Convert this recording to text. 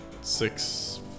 six